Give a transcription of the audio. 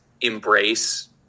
embrace